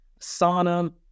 sauna